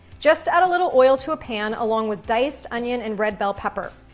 just add a little oil to a pan, along with diced onion and red bell pepper.